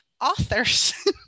authors